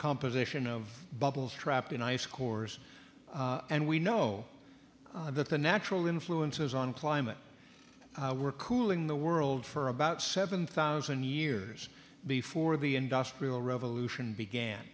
composition of bubbles trapped in ice cores and we know that the natural influences on climate were cooling the world for about seven thousand years before the industrial revolution began